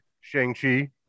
Shang-Chi